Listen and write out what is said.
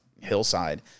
hillside